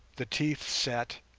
the teeth set,